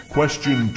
Question